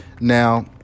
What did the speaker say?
Now